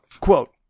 Quote